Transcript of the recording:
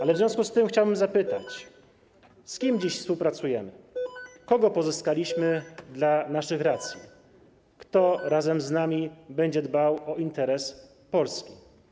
Ale w związku z tym chciałbym zapytać, z kim dziś współpracujemy, kogo pozyskaliśmy dla naszych racji, kto razem z nami będzie dbał o interes Polski.